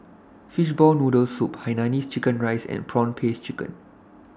Fishball Noodle Soup Hainanese Chicken Rice and Prawn Paste Chicken